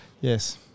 Yes